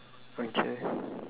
okay